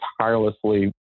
tirelessly